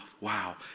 Wow